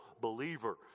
believer